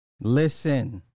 Listen